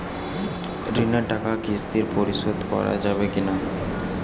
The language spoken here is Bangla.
ঋণের টাকা কিস্তিতে পরিশোধ করা যাবে কি না?